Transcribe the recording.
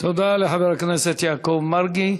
תודה לחבר הכנסת יעקב מרגי.